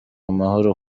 amahoro